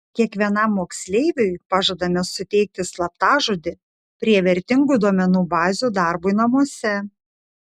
kiekvienam moksleiviui pažadame suteikti slaptažodį prie vertingų duomenų bazių darbui namuose